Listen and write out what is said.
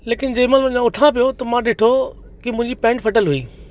लेकिन जंहिं महिल अञा उथां पियो त मां ॾिठो की मुंहिंजी पैंट फटियलु हुई